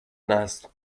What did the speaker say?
نسل